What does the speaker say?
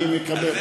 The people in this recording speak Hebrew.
אני מקבל.